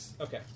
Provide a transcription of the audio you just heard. Okay